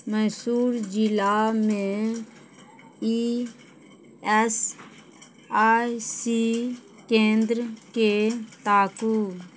मैसूर जिलामे E S I C केन्द्रकेँ ताकू